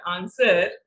answer